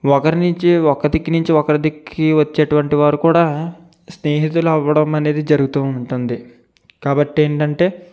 ఒకరి నుంచి ఒకరికి నుంచి ఒకటికి వచ్చేటువంటి వారు కూడా స్నేహితుల అవ్వడం అనేది జరుగుతూ ఉంటుంది కాబట్టి ఏంటంటే